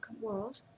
world